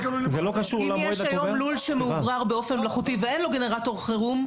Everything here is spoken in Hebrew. אם יש היום לול שמאוורר באופן מלאכותי ואין לו גנרטור חירום,